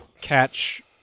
catch